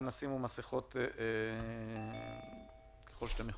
אנא שימו מסכות ככל שאתם יכולים.